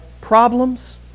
problems